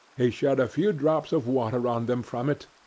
he shed a few drops of water on them from it,